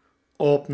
zij list